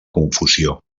confusió